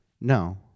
No